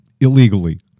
illegally